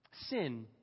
Sin